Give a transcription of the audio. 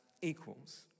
equals